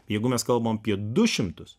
jeigu mes kalbam apie du šimtus